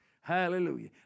Hallelujah